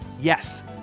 Yes